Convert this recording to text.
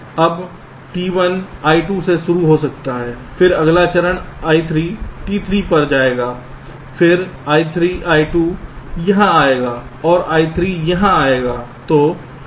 अब T1 I2 से शुरू हो सकता है फिर अगला चरण I1 T3 पर जाएगा फिर I2 यहां आएगा और I3 यहां आएगा